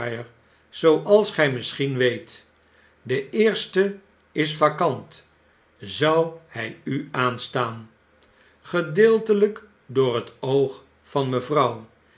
zooals gij misschien weet de eerste is vacant zou zy u aanstaan gedeeltelijk door het oog van mevrouw